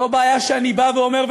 אותה בעיה שאני בא ואומר,